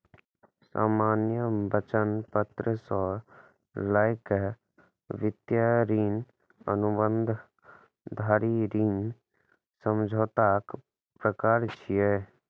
सामान्य वचन पत्र सं लए कए विस्तृत ऋण अनुबंध धरि ऋण समझौताक प्रकार छियै